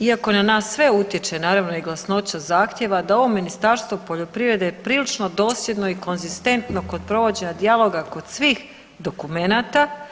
iako na nas sve utječe, naravno i glasnoća zahtjeva, da ovo Ministarstvo poljoprivrede je prilično dosljedno i konzistentno kod provođenja dijaloga kod svih dokumenata.